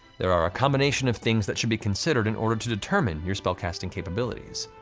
there are a combination of things that should be considered in order to determine your spellcasting capabilities.